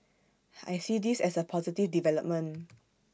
I see this as A positive development